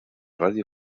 radio